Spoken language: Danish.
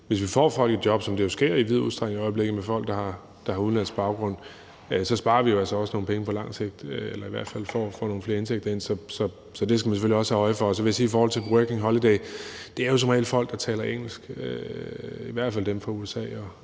hvis vi får folk i job, som det jo sker i vid udstrækning i øjeblikket med folk, der har udenlandsk baggrund, så sparer vi jo altså også nogle penge på lang sigt eller får i hvert fald nogle flere indtægter ind. Så det skal man selvfølgelig også have øje for. Så vil jeg jo sige i forhold til Working Holiday, at det som regel er folk, der taler engelsk, i hvert fald dem fra USA